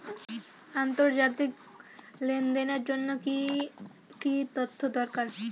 আন্তর্জাতিক লেনদেনের জন্য কি কি তথ্য দরকার?